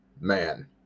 man